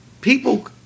people